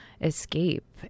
escape